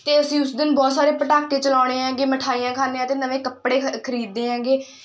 ਅਤੇ ਅਸੀਂ ਉਸ ਦਿਨ ਬਹੁਤ ਸਾਰੇ ਪਟਾਕੇ ਚਲਾਉਣੇ ਹੈਗੇ ਮਿਠਾਈਆਂ ਖਾਂਦੇ ਹਾਂ ਅਤੇ ਨਵੇਂ ਕੱਪੜੇ ਖ ਖਰੀਦੇ ਹੈਗੇ